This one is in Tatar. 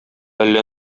әллә